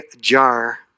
jar